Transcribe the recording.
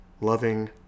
loving